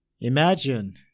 Imagine